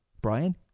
Brian